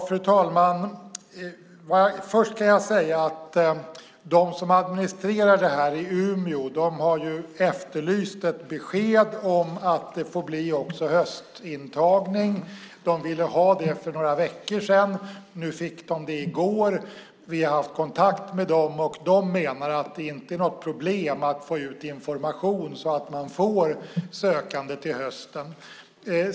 Fru talman! Först kan jag säga att de som administrerar detta i Umeå har efterlyst ett besked om att det också får bli höstintagning. De ville ha det för några veckor sedan. Nu fick de det i går. Vi har haft kontakt med dem, och de menar att det inte är något problem att få ut information så att man får sökande till hösten.